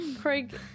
Craig